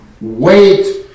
Wait